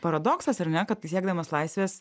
paradoksas ar ne kad siekdamas laisvės